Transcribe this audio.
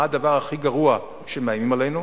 מה הדבר הכי גרוע שמאיימים עלינו?